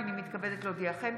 הינני מתכבדת להודיעכם,